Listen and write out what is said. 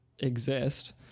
Exist